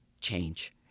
change